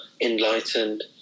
enlightened